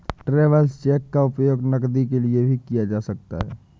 travellers cheque का उपयोग नकदी के लिए भी किया जा सकता है